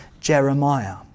Jeremiah